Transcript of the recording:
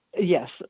Yes